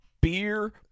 beer